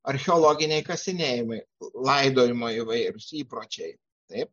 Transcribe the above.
archeologiniai kasinėjimai laidojimo įvairūs įpročiai taip